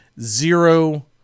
zero